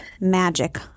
magic